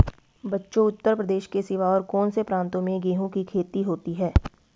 बच्चों उत्तर प्रदेश के सिवा और कौन से प्रांतों में गेहूं की खेती होती है?